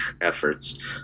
efforts